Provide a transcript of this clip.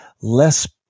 less